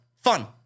Fun